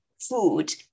food